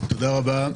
תודה רבה.